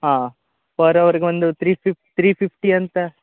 ಹಾಂ ಪರ್ ಹವರಿಗೆ ಒಂದು ತ್ರಿ ಫಿಫ್ ತ್ರಿ ಫಿಫ್ಟಿ ಅಂತ